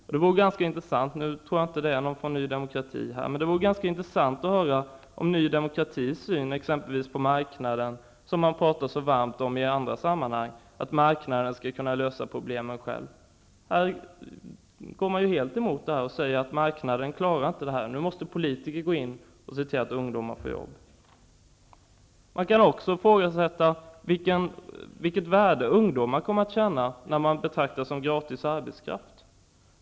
Jag tror inte att det är någon från Ny demokrati här, men det vore ganska intressant att höra deras syn på marknaden, som de pratar så varmt om i andra sammanhang, och hur den skall kunna lösa problemen själv. Nu går man helt emot detta och säger att marknaden inte klarar detta själv. Nu måste politiker gå in och se till att ungdomar får jobb. Man kan också ifrågasätta vilket värde ungdomar kommer att känna när de betraktas som gratis arbetskraft.